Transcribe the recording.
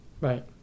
right